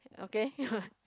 okay